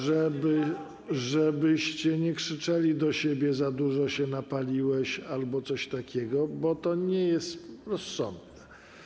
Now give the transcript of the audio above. żebyście nie krzyczeli do siebie: za dużo się napaliłeś albo coś takiego, bo to nie jest rozsądne.